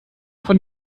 von